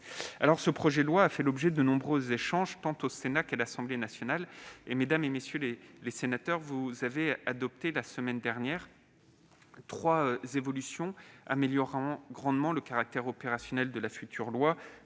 Le projet de loi a fait l'objet de nombreux échanges tant au Sénat qu'à l'Assemblée nationale. Mesdames, messieurs les sénateurs, vous avez adopté la semaine dernière trois évolutions améliorant grandement le caractère opérationnel du futur